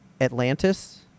Atlantis